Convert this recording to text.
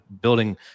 building